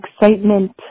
excitement